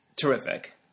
terrific